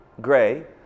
gray